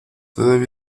todavía